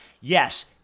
Yes